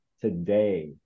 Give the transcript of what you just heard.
today